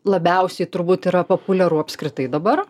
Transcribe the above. labiausiai turbūt yra populiaru apskritai dabar